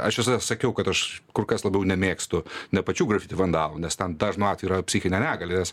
aš visada sakiau kad aš kur kas labiau nemėgstu ne pačių grafiti vandalų nes ten dažnu atveju yra psichinė negalė nes